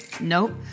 Nope